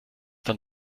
dann